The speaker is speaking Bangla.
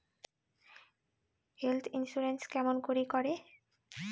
হেল্থ ইন্সুরেন্স কেমন করি করে?